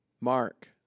Mark